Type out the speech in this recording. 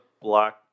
black